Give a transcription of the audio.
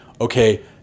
okay